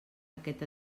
aquest